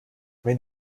wenn